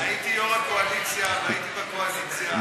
הייתי יו"ר הקואליציה והייתי בקואליציה.